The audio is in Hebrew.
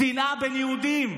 שנאה בין יהודים.